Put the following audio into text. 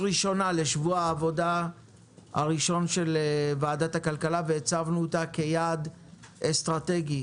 בשבוע העבודה הראשון של ועדת הכלכלה והצבנו אותה כיעד אסטרטגי,